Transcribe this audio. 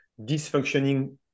dysfunctioning